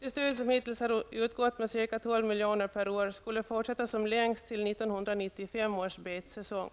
Det stöd som hittills har utgått med ca 12 miljoner per år skulle fortsätta som längst till 1995 års betsäsong.